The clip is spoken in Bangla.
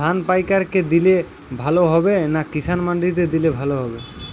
ধান পাইকার কে দিলে ভালো হবে না কিষান মন্ডিতে দিলে ভালো হবে?